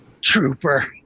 trooper